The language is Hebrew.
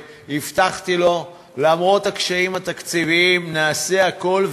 והבטחתי לו: למרות הקשיים התקציביים נעשה הכול,